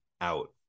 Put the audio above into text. out